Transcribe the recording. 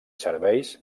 serveis